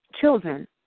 children